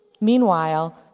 Meanwhile